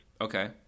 Okay